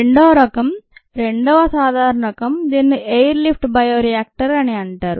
రెండో రకం రెండవ సాధారణ రకం దీనిని ఎయిర్ లిఫ్ట్ బయోరియాక్టర్ అని అంటారు